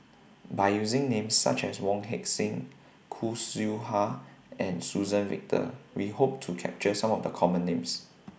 By using Names such as Wong Heck Sing Khoo Seow Hwa and Suzann Victor We Hope to capture Some of The Common Names